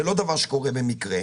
זה לא דבר שקורה במקרה,